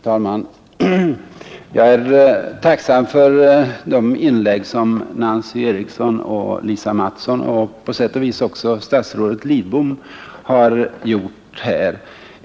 Herr talman! Jag är tacksam för de inlägg som Nancy Eriksson, Lisa Mattson och på sätt och vis också statsrådet Lidbom har hållit här.